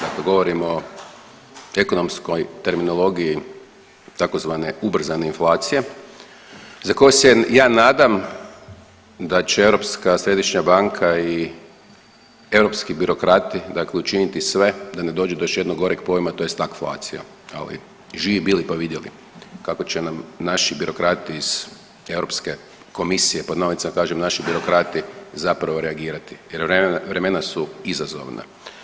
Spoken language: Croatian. Dakle govorimo o ekonomskoj terminologiji tzv. ubrzane inflacije za koju se ja nadam da će Europska središnja banka i europski birokrati dakle učiniti sve da ne dođe do još jednog goreg pojma, tj. ... ali živi bili pa vidjeli kako će nam naši birokrati iz EU komisije, pod navodnicima kažem naši birokrati, zapravo reagirati jer vremena su izazovna.